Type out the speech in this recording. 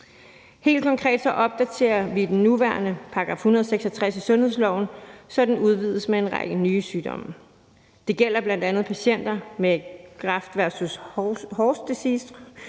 Helt konkret opdaterer vi den nuværende § 166 i sundhedsloven, så den udvides med en række nye sygdomme. Det gælder bl.a. patienter med Graft versus Host Disease,